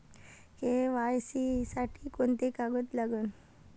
KYC साठी कोंते कागद लागन?